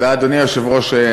אדוני היושב-ראש,